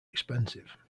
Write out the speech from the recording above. expensive